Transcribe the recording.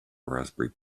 raspberry